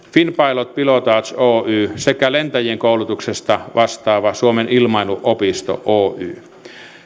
finnpilot pilotage oy sekä lentäjien koulutuksesta vastaava suomen ilmailuopisto oy